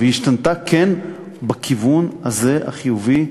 והיא כן השתנתה בכיוון החיובי הזה,